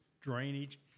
drainage